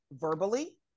verbally